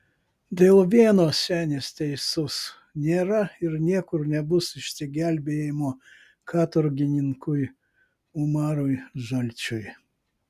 dėl vieno senis teisus nėra ir niekur nebus išsigelbėjimo katorgininkui umarui žalčiui